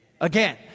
Again